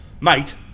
mate